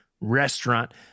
restaurant